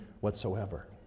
whatsoever